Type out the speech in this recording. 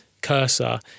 cursor